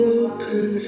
open